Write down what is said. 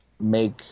make